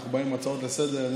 אנחנו באים להצעות לסדר-היום,